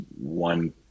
one